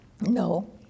No